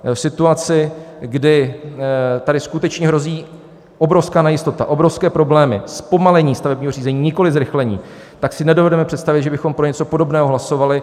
V situaci, kdy tady skutečně hrozí obrovská nejistota, obrovské problémy, zpomalení stavebního řízení, nikoliv zrychlení, si nedovedeme představit, že bychom pro něco podobného hlasovali.